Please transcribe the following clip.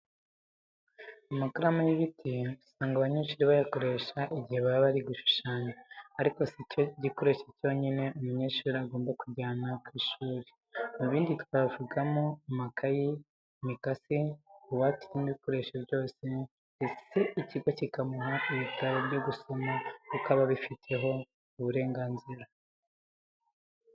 Amakaramu y'ibiti usanga abanyeshuri bayakoresha igihe baba bari gushushanya. Ariko, si cyo gikoresho cyonyine umunyeshuri aba agomba kujyana ku ishuri. Mu bindi twavugamo nk'amakayi, imikasi, buwate irimo ibikoresho byose, ndetse ikigo kikamuha n'ibitabo byo gusoma kuko aba abifiteho uburenganzira.